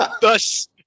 Thus